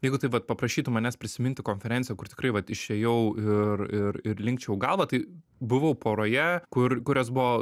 jeigu taip vat paprašytų manęs prisiminti konferenciją kur tikrai vat išėjau ir ir ir linkčiojau galvą tai buvau poroje kur kurios buvo